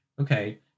okay